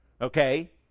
okay